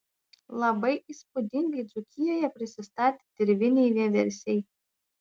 labai įspūdingai dzūkijoje prisistatė dirviniai vieversiai